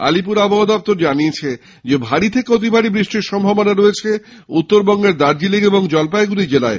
আলিপুর আবহাওয়া দফতর জানিয়েছে ভারী থেকে অতিভারী বৃষ্টির সম্ভাবনা রয়েছে উত্তরবঙ্গের দার্জিলিং ও জলপাইগুডি জেলায়